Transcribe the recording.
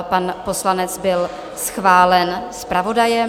Pan poslanec byl schválen zpravodajem.